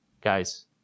Guys